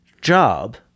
job